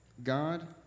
God